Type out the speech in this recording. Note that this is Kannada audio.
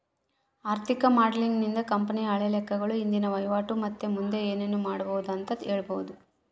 ಆರ್ಥಿಕ ಮಾಡೆಲಿಂಗ್ ನಿಂದ ಕಂಪನಿಯ ಹಳೆ ಲೆಕ್ಕಗಳು, ಇಂದಿನ ವಹಿವಾಟು ಮತ್ತೆ ಮುಂದೆ ಏನೆನು ಮಾಡಬೊದು ಅಂತ ಹೇಳಬೊದು